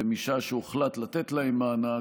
ומשעה שהוחלט לתת להם מענק,